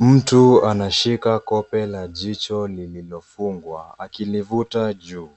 Mtu anashika kope la jicho lililofungwa akilivuta juu.